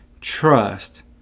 trust